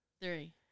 three